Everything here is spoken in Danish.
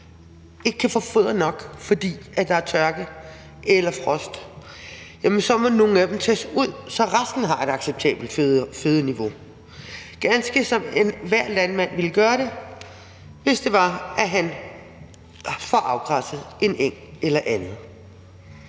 ikke kan få foder nok, fordi der er tørke eller frost, jamen så må nogle af dem tages ud, så resten har et acceptabelt fødeniveau, ganske som enhver landmand ville gøre, hvis han havde fået afgræsset en eng eller andet.